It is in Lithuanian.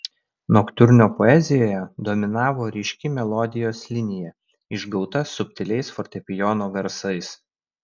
noktiurno poezijoje dominavo ryški melodijos linija išgauta subtiliais fortepijono garsais